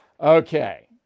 Okay